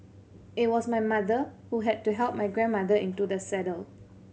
it was my mother who had to help my grandmother into the saddle